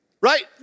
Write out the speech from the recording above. Right